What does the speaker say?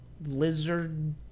lizard